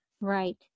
Right